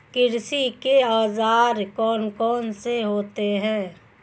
कृषि के औजार कौन कौन से होते हैं?